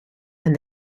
and